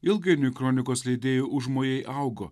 ilgainiui kronikos leidėjų užmojai augo